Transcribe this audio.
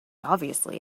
obviously